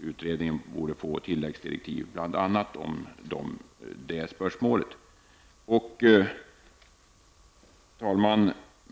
utredningen skall få tilläggsdirektiv, bl.a. i fråga om det spörsmålet. Herr talman!